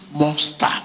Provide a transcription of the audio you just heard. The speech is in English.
monster